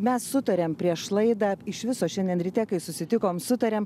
mes sutarėm prieš laidą iš viso šiandien ryte kai susitikom sutarėm